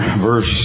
verse